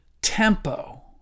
Tempo